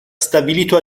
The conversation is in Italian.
stabilito